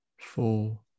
four